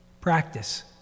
practice